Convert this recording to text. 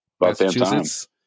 Massachusetts